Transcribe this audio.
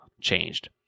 changed